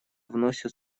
вносит